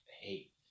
hate